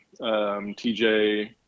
tj